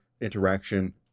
interaction